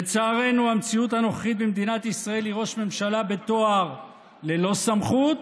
לצערנו המציאות הנוכחית במדינת ישראל היא ראש ממשלה בתואר ללא סמכות,